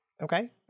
okay